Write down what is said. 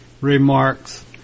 remarks